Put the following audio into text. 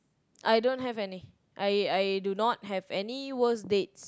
I don't have any I I do not have any worst date